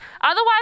Otherwise